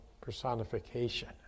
personification